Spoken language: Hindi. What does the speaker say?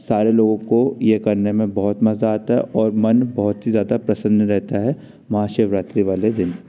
सारे लोगों को यह करने में बहुत मज़ा आता है और मन बहुत ही ज़्यादा प्रसन्न रहता है महाशिवरात्री वाले दिन